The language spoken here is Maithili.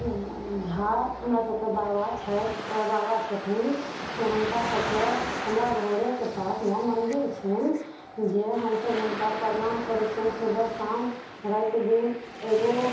झा हमरा सबके बाबा छथि पर बाबा छथिन से हुनका सबके हमरा घरेके पासमे मन्दिर छनि जे हमसब हुनका प्रणाम करै छियनि सुबह शाम राति दिन एगो